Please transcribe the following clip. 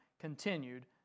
continued